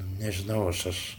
nežinau aš aš